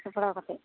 ᱥᱟᱯᱲᱟᱣ ᱠᱟᱛᱮᱫ